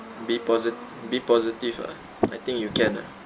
be posit~ be positive ah I think you can ah